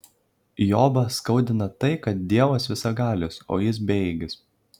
jobą skaudina tai kad dievas visagalis o jis bejėgis